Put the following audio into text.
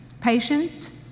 patient